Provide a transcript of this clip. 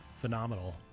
phenomenal